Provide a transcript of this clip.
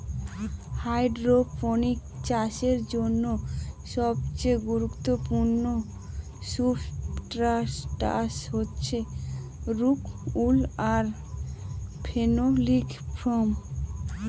hydroponics চাষের জন্য সবচেয়ে গুরুত্বপূর্ণ সুবস্ট্রাটাস হচ্ছে রক উল আর ফেনোলিক ফোম